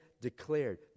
declared